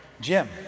Jim